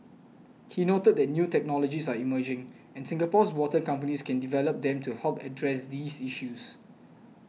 he noted that new technologies are emerging and Singapore's water companies can develop them to help address these issues